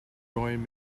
join